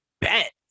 bet